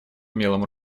умелым